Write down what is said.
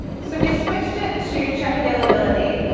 so we switched it to, check availability,